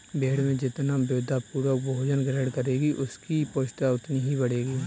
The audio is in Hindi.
भेंड़ जितना विविधतापूर्ण भोजन ग्रहण करेगी, उसकी पुष्टता उतनी ही बढ़ेगी